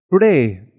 today